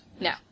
No